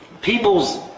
people's